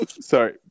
Sorry